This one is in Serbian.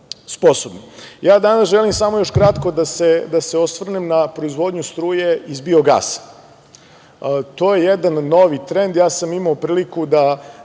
danas želim još samo kratko da se osvrnem da proizvodnju struje iz biogasa. To je jedan novi trend. Imao sam priliku da